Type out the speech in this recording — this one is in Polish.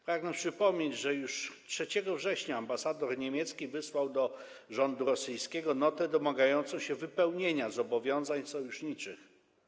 Pragnę przypomnieć, że już 3 września ambasador niemiecki wysłał do rządu rosyjskiego notę, w której domagał się wypełnienia zobowiązań sojuszniczych.